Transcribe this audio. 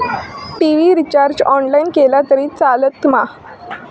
TV recharge online केला तरी चलात मा?